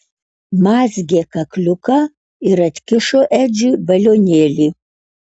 mazgė kakliuką ir atkišo edžiui balionėlį